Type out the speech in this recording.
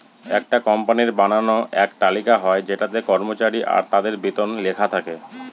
একটা কোম্পানির বানানো এক তালিকা হয় যেটাতে কর্মচারী আর তাদের বেতন লেখা থাকে